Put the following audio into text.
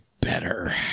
better